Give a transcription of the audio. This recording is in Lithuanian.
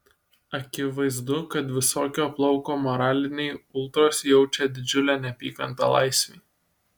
akivaizdu kad visokio plauko moraliniai ultros jaučia didžiulę neapykantą laisvei